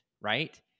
right